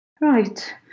Right